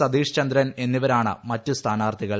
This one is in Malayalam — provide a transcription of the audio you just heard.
സതീഷ് ചന്ദ്രൻ എന്നിവരാണ് മറ്റ് സ്ഥാനാർത്ഥികൾ